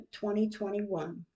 2021